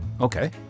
okay